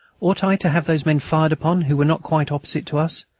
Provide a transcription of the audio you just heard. ought i to have those men fired upon who were not quite opposite to us,